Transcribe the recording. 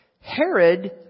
Herod